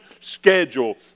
schedule